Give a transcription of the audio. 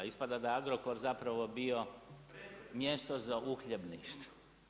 Ispada da je Agrokor zapravo bio mjesto za uhljebništvo.